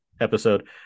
episode